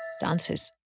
Dances